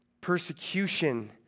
persecution